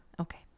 Okay